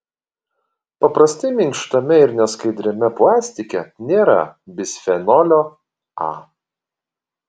paprastai minkštame ir neskaidriame plastike nėra bisfenolio a